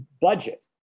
budget